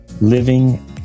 living